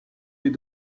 les